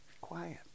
quiet